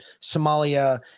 Somalia